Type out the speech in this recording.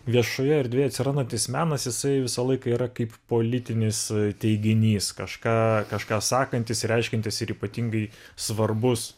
viešoje erdvėje atsirandantis menas jisai visą laiką yra kaip politinis teiginys kažką kažką sakantis reiškiantis ir ypatingai svarbus